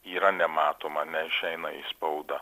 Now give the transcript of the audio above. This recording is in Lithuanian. yra nematoma neišeina į spaudą